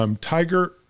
Tiger